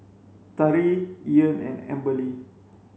Tari Ean and Amberly